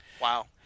Wow